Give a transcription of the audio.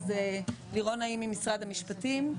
לירון נעים ממשרד המשפטים,